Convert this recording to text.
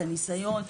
את הניסיון,